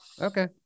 Okay